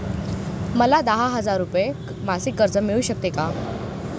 मला दहा हजार रुपये मासिक कर्ज मिळू शकेल का?